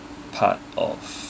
part of